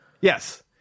Yes